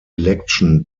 election